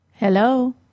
Hello